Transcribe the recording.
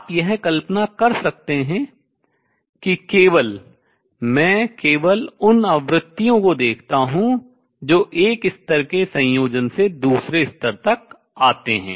आप यह कल्पना कर सकते हैं कि केवल मैं केवल उन आवृत्तियों को देखता हूँ जो एक स्तर के संयोजन से दूसरे स्तर तक आते हैं